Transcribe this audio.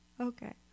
Okay